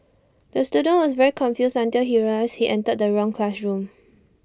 the student was very confused until he realised he entered the wrong classroom